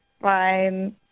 Fine